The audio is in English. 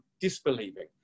disbelieving